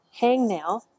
hangnail